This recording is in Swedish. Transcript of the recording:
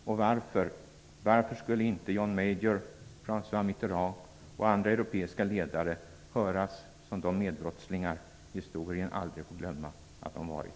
Och varför skulle inte John Major, François Mitterrand och andra europeiska ledare höras som de medbrottslingar historien aldrig får glömma att de varit?